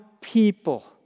people